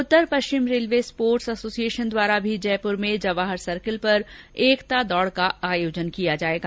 उत्तर पश्चिम railway sports association द्वारा भी जयपुर में जवाहर सर्किल पर एकता दौड़ का आयोजन किया जाएगा